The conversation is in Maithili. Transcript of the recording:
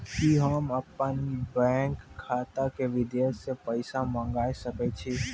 कि होम अपन बैंक खाता मे विदेश से पैसा मंगाय सकै छी?